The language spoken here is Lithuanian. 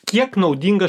kiek naudingas